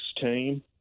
team